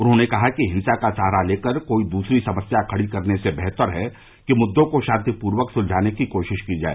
उन्होंने कहा कि हिंसा का सहारा लेकर कोई दूसरी समस्या खड़ी करने से बेहतर है कि मुद्दों को शांतिपूर्वक सुलझाने की कोशिश की जाए